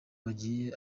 bagiye